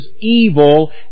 evil